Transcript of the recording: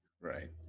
Right